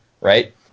right